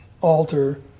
Alter